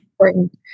important